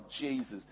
Jesus